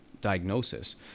Diagnosis